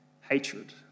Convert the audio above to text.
hatred